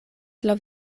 laŭ